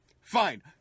fine